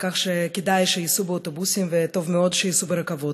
על כך שכדאי שייסעו באוטובוסים וטוב מאוד שייסעו ברכבות.